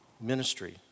ministry